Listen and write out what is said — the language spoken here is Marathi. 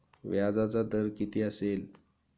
व्याजाचा दर किती असेल?